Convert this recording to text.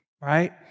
Right